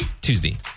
Tuesday